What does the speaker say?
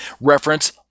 Reference